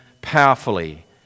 powerfully